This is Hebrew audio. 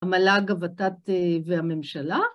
‫המל"ג, הות"ת, והממשלה.